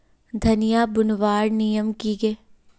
धनिया बूनवार नियम की गे?